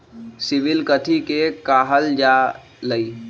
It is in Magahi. सिबिल कथि के काहल जा लई?